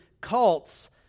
cults